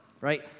Right